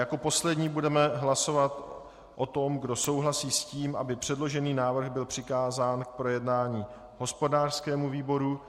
Jako poslední budeme hlasovat o tom, kdo souhlasí s tím, aby předložený návrh byl přikázán k projednání hospodářskému výboru.